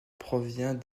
provient